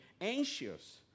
anxious